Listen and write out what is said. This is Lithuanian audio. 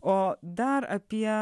o dar apie